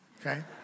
okay